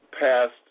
past